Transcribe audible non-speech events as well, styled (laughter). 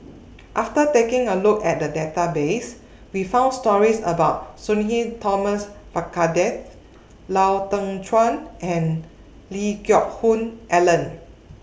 (noise) after taking A Look At The Database We found stories about Sudhir Thomas Vadaketh Lau Teng Chuan and Lee Geck Hoon Ellen